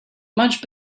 much